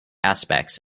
aspects